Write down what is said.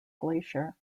glacier